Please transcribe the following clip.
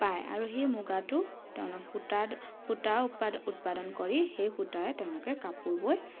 পায় আৰু সেই মুগাটো তেওঁলোকে সূতাত সূতা উৎপাদন উৎপাদন কৰি সেই সূতাৰে তেওঁলোকে কাপোৰ বৈ